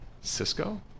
Cisco